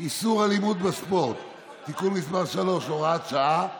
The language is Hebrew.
איסור אלימות בספורט (תיקון, מס' 3 והוראת שעה),